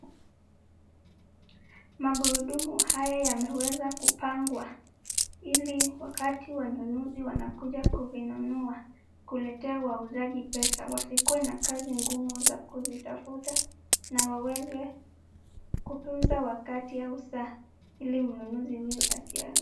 Magurudumu haya yameweza kupangwa ili wakati wanunuzi wanakuja kuvinunua kuletea wauzaji pesa wasikue na kazi ngumu za kuzitafuta na waweze kutunza wakati au saa ili mnunuzi huyu asianze.